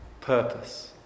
purpose